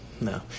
No